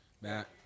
Matt